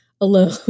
alone